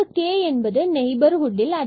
இங்கு k என்பது neighbourhood